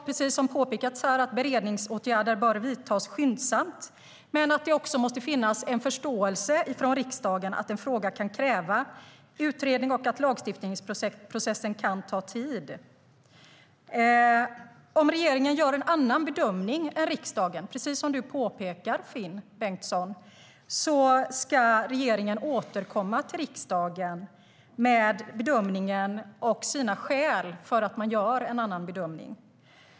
Precis som har påpekats här bör beredningsåtgärder vidtas skyndsamt, men det måste också finnas en förståelse från riksdagen för att en fråga kan kräva utredning och att lagstiftningsprocessen kan ta tid. Om regeringen gör en annan bedömning än riksdagen ska regeringen, precis som Finn Bengtsson påpekar, återkomma till riksdagen med bedömningen och sina skäl för den.